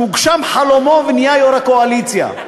שהוגשם חלומו ונהיה יושב-ראש הקואליציה,